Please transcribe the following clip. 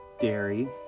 dairy